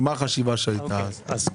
מה החשיבה שהייתה אז?